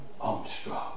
Armstrong